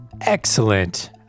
excellent